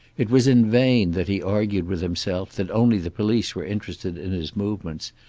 it was in vain that he argued with himself that only the police were interested in his movements,